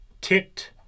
tit